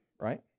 right